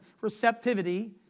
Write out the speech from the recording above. receptivity